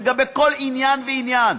לגבי כל עניין ועניין.